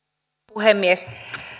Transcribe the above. puhemies